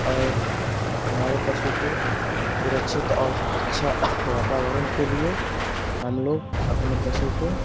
और हमारे पशु को सुरक्षित और अच्छा वातावरण के लिए हम लोग अपने पशु को